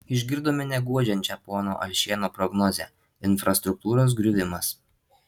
išgirdome neguodžiančią pono alšėno prognozę infrastruktūros griuvimas